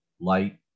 light